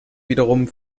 wiederum